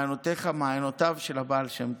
מעיינותיך, מעיינותיו של הבעל שם טוב.